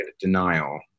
denial